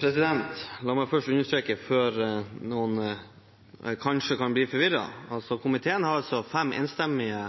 tenkt. La meg først understreke, før noen kanskje kan bli forvirret: Komiteen har altså fem enstemmige